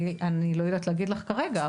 אני לא יודעת להגיד לך כרגע,